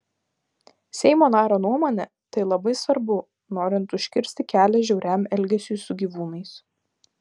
seimo nario nuomone tai labai svarbu norint užkirsti kelią žiauriam elgesiui su gyvūnais